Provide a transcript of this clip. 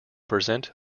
present